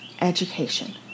education